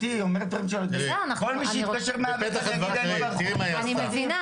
תראי מה היא אמרה,